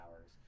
hours